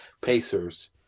Pacers